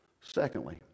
Secondly